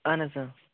اہن حظ سر